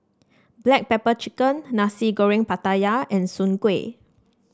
Black Pepper Chicken Nasi Goreng Pattaya and Soon Kway